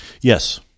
Yes